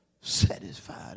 satisfied